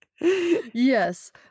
Yes